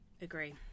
Agree